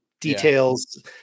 details